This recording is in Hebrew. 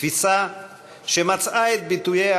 תפיסה שמצאה את ביטויה,